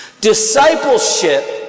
Discipleship